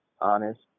honest